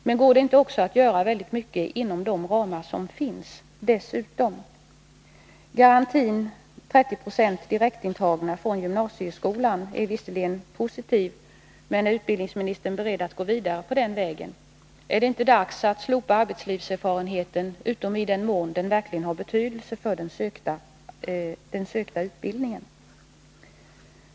Men går det inte också att göra mycket inom de ramar som finns? Garantin 30 20 direktintagna från gymnasieskolan är visserligen positiv, men är utbildningsministern beredd att gå vidare på den vägen? Är det inte dags att slopa tillgodoräknande av arbetslivserfarenheten utom i den mån den verkligen har betydelse för den sökta utbildningen?